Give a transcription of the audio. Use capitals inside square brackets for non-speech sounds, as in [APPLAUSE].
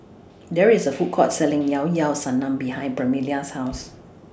There IS A [NOISE] Food Court Selling [NOISE] Llao Llao Sanum behind Permelia's House